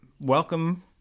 Welcome